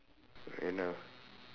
then uh